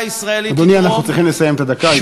אדוני, אנחנו צריכים לסיים את הדקה.